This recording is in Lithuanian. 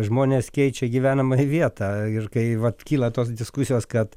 žmonės keičia gyvenamąją vietą ir kai vat kyla tos diskusijos kad